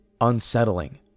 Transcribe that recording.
unsettling